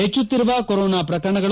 ಹೆಚ್ಚುತ್ತಿರುವ ಕೊರೋನಾ ಪ್ರಕರಣಗಳು